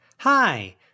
Hi